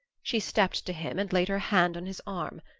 she stepped to him and laid her hand on his arm.